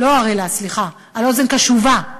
לא ערלה, סליחה, על אוזן קשובה,